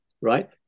right